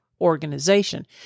organization